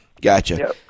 Gotcha